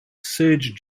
surge